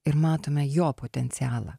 ir matome jo potencialą